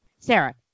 Sarah